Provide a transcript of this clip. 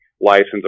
license